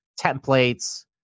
templates